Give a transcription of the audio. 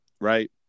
right